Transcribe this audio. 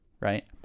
right